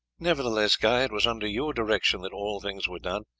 nevertheless, guy, it was under your direction that all things were done.